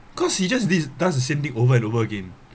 cause he just these does the same thing over and over again